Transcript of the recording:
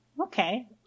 okay